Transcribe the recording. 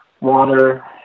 water